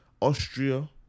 Austria